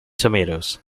tomatoes